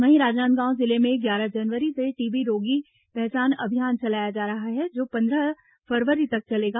वहीं राजनांदगांव जिले में ग्यारह जनवरी से टीबी रोगी पहचान अभियान चलाया जा रहा है जो पन्द्रह फरवरी तक चलेगा